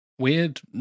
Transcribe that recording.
weird